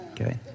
okay